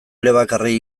elebakarrei